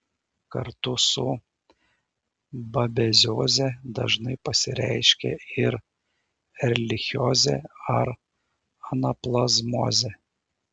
kartu su babezioze dažnai pasireiškia ir erlichiozė ar anaplazmozė